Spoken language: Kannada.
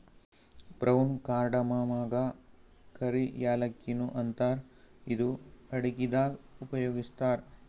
ಬ್ರೌನ್ ಕಾರ್ಡಮಮಗಾ ಕರಿ ಯಾಲಕ್ಕಿ ನು ಅಂತಾರ್ ಇದು ಅಡಗಿದಾಗ್ ಉಪಯೋಗಸ್ತಾರ್